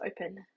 open